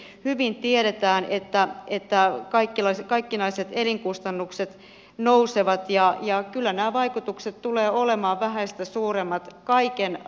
hyvin tiedetään että kaikkinaiset elinkustannukset nousevat ja kyllä nämä vaikutukset tulevat olemaan vähäistä suuremmat kaikenlaisissa perheissä